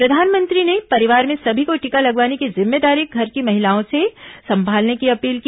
प्रधानमंत्री ने परिवार में सभी को टीका लगवाने की जिम्मेदारी घर की महिलाओं से संभालने की अपील की